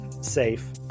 safe